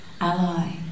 ally